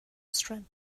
strength